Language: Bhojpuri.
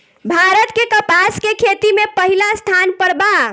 भारत के कपास के खेती में पहिला स्थान पर बा